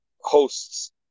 hosts